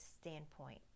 standpoint